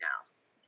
else